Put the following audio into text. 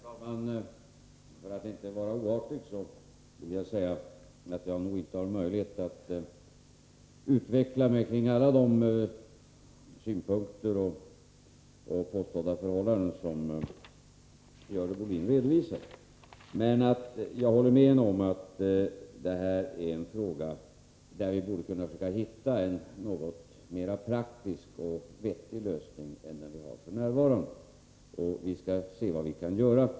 Herr talman! För att inte vara oartig vill jag säga att jag nog inte har möjlighet att uttala mig om alla de synpunkter och påstådda förhållanden som Görel Bohlin redovisade. Men jag håller med henne om att det här är en fråga där vi borde kunna hitta en något mera praktisk och vettig lösning än den vi har f. n. Vi skall se vad vi kan göra.